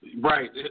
Right